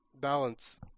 balance